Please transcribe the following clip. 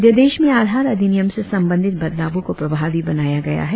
अध्यादेश में आधार अधिनियम से संबंधित बदलवों को प्रभावी बनाया गया है